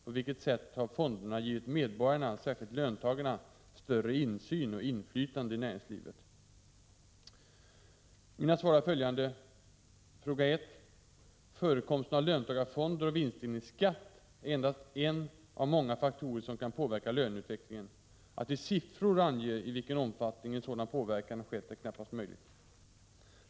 På vilket sätt har fonderna givit medborgarna, särskilt löntagarna, större insyn och inflytande i näringslivet? Mina svar är följande: Fråga 1: Förekomsten av löntagarfonder och vinstdelningsskatt är endast en av många faktorer som kan påverka löneutvecklingen. Att i siffror ange i vilken omfattning en sådan påverkan har skett är knappast möjligt.